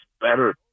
better